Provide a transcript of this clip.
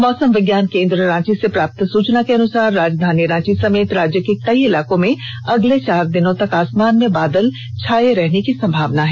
मौसम विज्ञान केन्द्र रांची से प्राप्त सूचना के अनुसार राजधानी रांची समेत राज्य के कई इलाकों में अगले चार दिनों तक आसमान में बादल छाये रहने की संभावना है